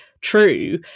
true